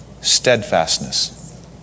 steadfastness